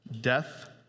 death